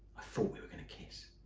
i thought we were going to kiss.